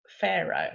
Pharaoh